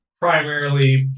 primarily